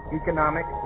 economic